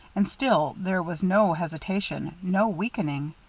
and still there was no hesitation, no weakening.